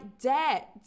debt